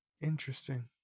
interesting